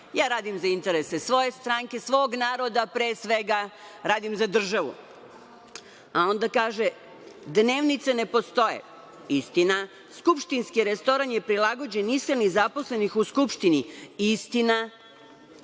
Ja radim za interese svoje stranke, svog naroda, pre svega, radim za državu. Onda kaže: „Dnevnice ne postoje“, istina. „Skupštinski restoran je prilagođen ishrani zaposlenih u Skupštini, istina.